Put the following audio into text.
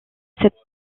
cette